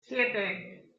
siete